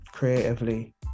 creatively